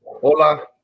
hola